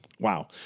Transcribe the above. Wow